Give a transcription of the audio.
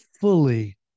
fully